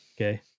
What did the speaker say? Okay